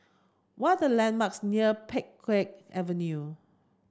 what are the landmarks near Pheng Geck Avenue